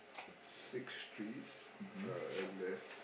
six trees uh and there's